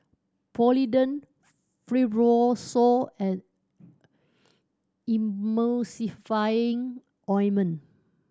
Polident Fibrosol and Emulsying Ointment